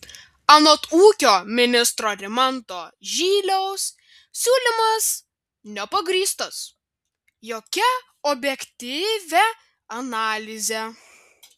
anot ūkio ministro rimanto žyliaus siūlymas nepagrįstas jokia objektyvia analize